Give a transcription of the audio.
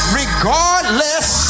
regardless